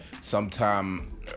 sometime